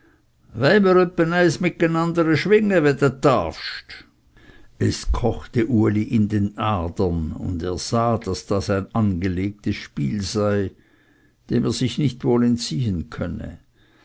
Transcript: darfst es kochte uli in den adern und er sah daß das ein angelegtes spiel sei dem er sich nicht wohl entziehen könne